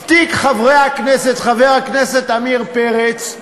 ותיק חבר הכנסת, חבר הכנסת עמיר פרץ,